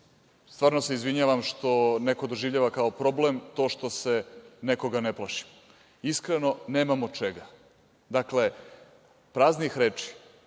se izvinjavam što neko doživljava kao problem to što se nekoga ne plašimo. Iskreno, nemamo čega. Dakle, praznih reči